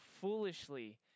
foolishly